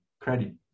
credit